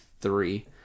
three